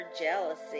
jealousy